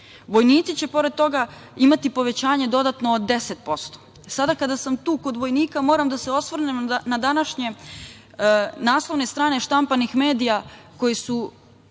5%.Vojnici će pored toga imati povećanje dodatno od 10%. Sada kada sam tu kod vojnika, moram da se osvrnem na današnje naslovne strane štampanih medija koji su